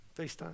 FaceTime